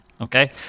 okay